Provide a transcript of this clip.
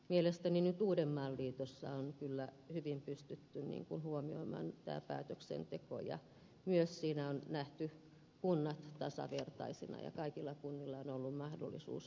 mielestäni nyt uudenmaan liitossa on kyllä hyvin pystytty huomioimaan päätöksenteko ja siinä on myös nähty kunnat tasavertaisina ja kaikilla kunnilla on ollut mahdollisuus vaikuttaa